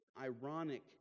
ironic